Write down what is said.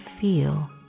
feel